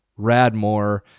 Radmore